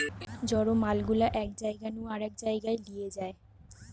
জড় মাল গুলা এক জায়গা নু আরেক জায়গায় লিয়ে যায়